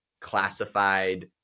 classified